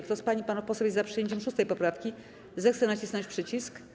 Kto z pań i panów posłów jest za przyjęciem 6. poprawki, zechce nacisnąć przycisk.